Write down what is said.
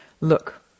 Look